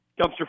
dumpster